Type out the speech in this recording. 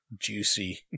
Juicy